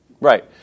Right